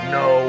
no